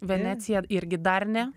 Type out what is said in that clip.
venecija irgi dar ne